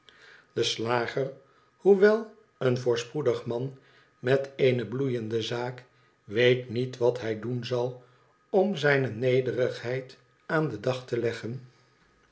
de slager hoewel een voorspoedig man met eene bloeiende zaak weet niet wat hij doen zal om zijne nederigheid aan den dag te leggen